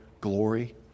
glory